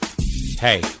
Hey